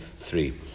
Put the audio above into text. three